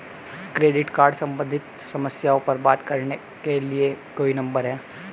Credit card सम्बंधित समस्याओं पर बात करने के लिए कोई नंबर है?